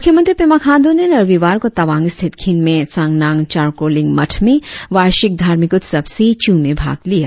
मुख्यमंत्री पेमा खांडू ने रविवार को तावांग स्थित खिन्मे सांगनाग चोर्कोलिंग मठ में वार्षिक धार्मिक उत्सव से चु में भाग लिया